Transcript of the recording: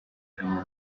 hamwe